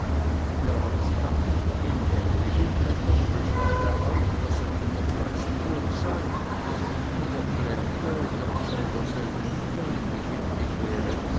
der roßkamm in ähnlichen blättern bestand darauf daß er in der pleißenburg sei und erklärte daß wenn derselbe nicht darin befindlich wäre